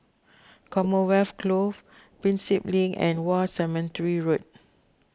Commonwealth Close Prinsep Link and War Cemetery Road